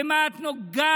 במה את נוגעת?